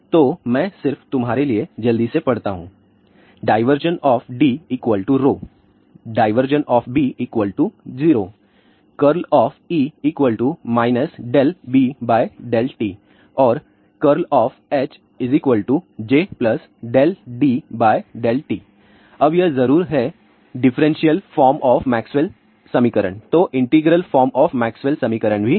तो मैं सिर्फ तुम्हारे लिए जल्दी से पढ़ता हूं ∇ Dρ ∇ B0 ∇ ×E−∂B ∂t और ∇ ×HJ∂D∂t अब यह जरूर है डिफरेंशियल फॉर्म ऑफ मैक्सवेल समीकरण है तो इंटीग्रल फॉर्म ऑफ़ मैक्सवेल समीकरण भी है